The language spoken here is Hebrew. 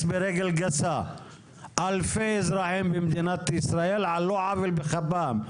ברגל גסה אלפי אזרחים במדינת ישראל על לא עוול בכפם,